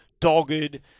dogged